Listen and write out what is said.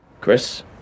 Chris